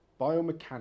biomechanics